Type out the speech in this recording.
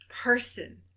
person